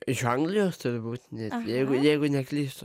iš anglijos turbūt jeigu jeigu neklystu